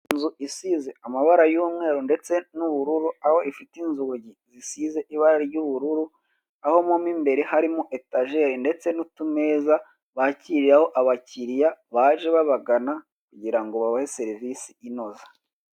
Inzu isize amabara y'umweru ndetse n'ubururu aho ifite inzugi zisize ibara ry'ubururu, aho mo mimbere harimo etajeri ndetse nutumeza bakiriraho abakiriya baje babagana, kugira ngo babahe serivise inoze